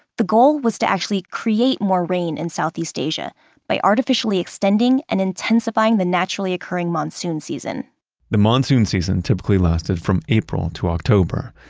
the goal was to actually create more rain in southeast asia by artificially extending and intensifying the naturally-occurring monsoon season the monsoon season typically lasted from april to october.